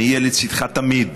אני אהיה לצידך תמיד.